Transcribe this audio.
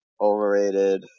Overrated